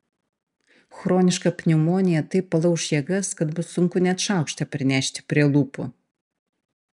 chroniška pneumonija taip palauš jėgas kad bus sunku net šaukštą prinešti prie lūpų